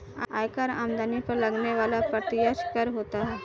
आयकर आमदनी पर लगने वाला प्रत्यक्ष कर होता है